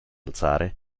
alzare